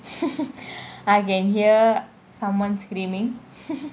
I can hear someone screaming